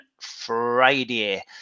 Friday